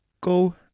go